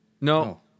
No